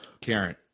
Karen